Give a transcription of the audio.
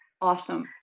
Awesome